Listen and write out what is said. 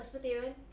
presbyterian